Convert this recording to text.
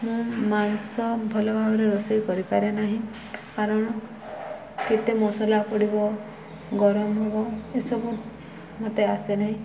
ମୁଁ ମାଂସ ଭଲ ଭାବରେ ରୋଷେଇ କରିପାରେ ନାହିଁ କାରଣ କେତେ ମସଲା ପଡ଼ିବ ଗରମ ହେବ ଏସବୁ ମୋତେ ଆସେ ନାହିଁ